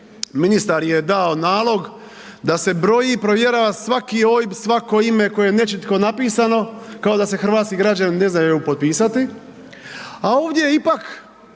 ministar je dao nalog da se broji i provjerava svaki OIB, svako ime koje je nečitko napisano kao da se hrvatski građani ne znaju potpisati, a ovdje ipak